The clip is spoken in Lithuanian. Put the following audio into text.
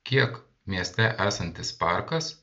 kiek mieste esantis parkas